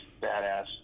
badass